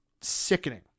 sickening